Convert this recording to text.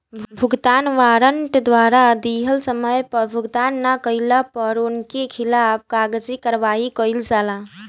भुगतान वारंट द्वारा दिहल समय पअ भुगतान ना कइला पअ उनकी खिलाफ़ कागजी कार्यवाही कईल जाला